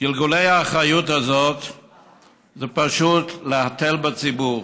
גלגולי האחריות האלה זה פשוט להתל בציבור,